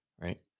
right